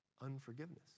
Unforgiveness